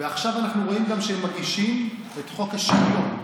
ועכשיו אנחנו רואים שהם מגישים גם את חוק השוויון.